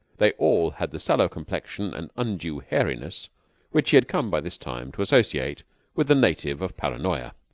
they all had the sallow complexion and undue hairiness which he had come by this time to associate with the native of paranoya.